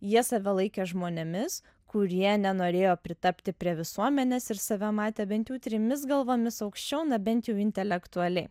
jie save laikė žmonėmis kurie nenorėjo pritapti prie visuomenės ir save matė bent jau trimis galvomis aukščiau na bent jau intelektualiai